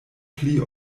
pli